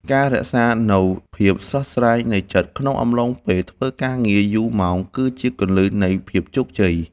ការរក្សានូវភាពស្រស់ស្រាយនៃចិត្តក្នុងអំឡុងពេលធ្វើការងារយូរម៉ោងគឺជាគន្លឹះនៃភាពជោគជ័យ។